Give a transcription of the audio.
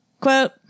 Quote